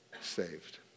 saved